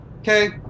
Okay